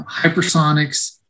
hypersonics